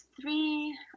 three